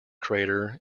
crater